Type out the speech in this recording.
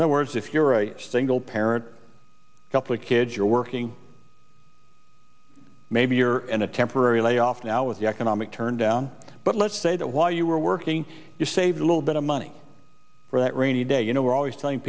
and the words if you're a single parent a couple of kids you're working maybe you're in a temporary layoff now with the economic turndown but let's say that while you were working you saved a little bit of money for that rainy day you know we're always telling